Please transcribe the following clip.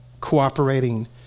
cooperating